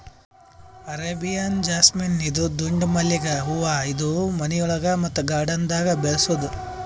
Arabian jasmine ಇದು ದುಂಡ್ ಮಲ್ಲಿಗ್ ಹೂವಾ ಇದು ಮನಿಯೊಳಗ ಮತ್ತ್ ಗಾರ್ಡನ್ದಾಗ್ ಬೆಳಸಬಹುದ್